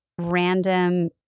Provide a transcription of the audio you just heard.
random